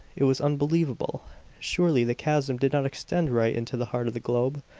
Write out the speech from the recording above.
it was unbelievable surely the chasm did not extend right into the heart of the globe.